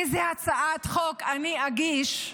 איזו הצעת חוק אני אגיש.